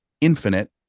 infinite